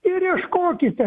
ir ieškokite